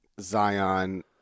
Zion